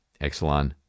Exelon